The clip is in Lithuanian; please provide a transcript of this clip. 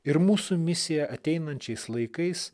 ir mūsų misija ateinančiais laikais